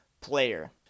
player